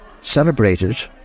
celebrated